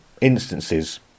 instances